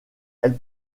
elle